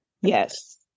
Yes